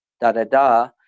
da-da-da